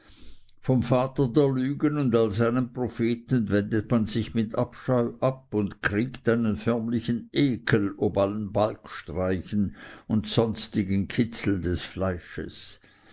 vom vater der lügen und all seinen propheten wendet man sich mit abscheu ab und kriegt einen förmlichen ekel ob allem balgstreichen und sonstigem kitzeln des fleisches